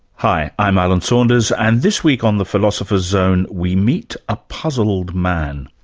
hi. i'm alan saunders and this week on the philosopher's zone we meet a puzzled man.